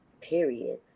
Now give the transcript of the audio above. period